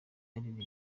yaririmba